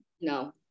No